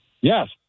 Yes